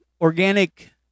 organic